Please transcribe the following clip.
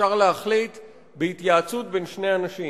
אפשר להחליט בהתייעצות בין שני אנשים.